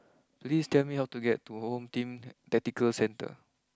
please tell me how to get to Home Team Tactical Centre